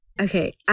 Okay